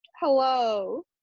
Hello